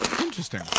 Interesting